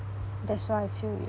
that's why I feel you